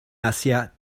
asia